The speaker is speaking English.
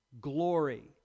glory